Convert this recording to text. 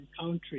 country